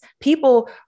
People